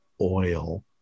oil